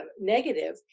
negative